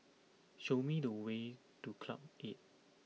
show me the way to Club Eight